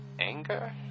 anger